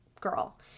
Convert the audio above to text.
girl